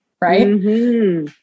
right